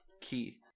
key